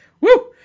Woo